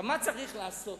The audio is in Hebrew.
מה צריך לעשות?